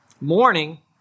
morning